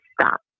stop